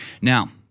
Now